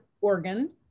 organ